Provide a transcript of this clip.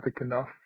enough